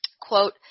Quote